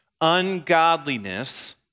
ungodliness